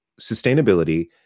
sustainability